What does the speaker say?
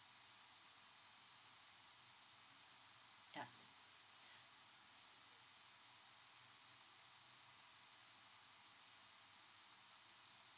ya